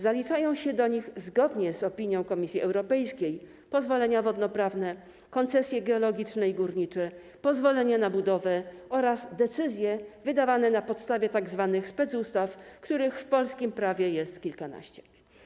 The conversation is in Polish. Zaliczają się do nich, zgodnie z opinią Komisji Europejskiej, pozwolenia wodnoprawne, koncesje geologiczne i górnicze, pozwolenia na budowę oraz decyzje wydawane na podstawie tzw. specustaw, których w polskim prawie jest kilkanaście.